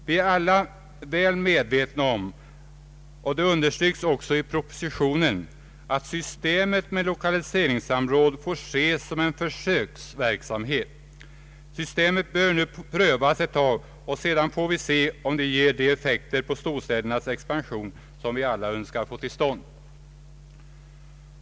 Vi är alla väl medvetna om, och det understryks även i propositionen, att systemet med lokaliseringssamråd får ses som en försöksverksamhet. Systemet bör nu prövas en tid, och sedan får vi se om det ger de effekter på storstädernas expansion som vi alla önskar få till stånd.